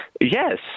Yes